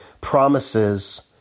promises